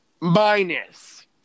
minus